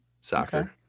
Soccer